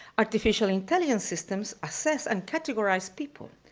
artificial intelligence systems assess and categorize people,